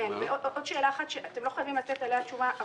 ועוד שאלה אחת, שאתם לא חייבים לתת עליה תשובה.